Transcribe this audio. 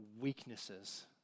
weaknesses